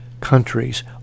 countries